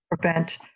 prevent